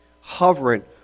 Hovering